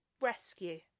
Rescue